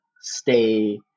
stay